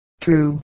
true